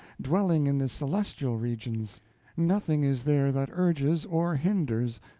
dwelling in the celestial regions nothing is there that urges or hinders,